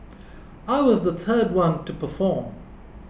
I was the third one to perform